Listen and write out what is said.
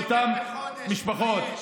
לאותן משפחות.